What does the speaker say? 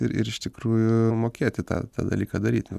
ir ir iš tikrųjų mokėti tą dalyką daryti